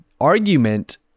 argument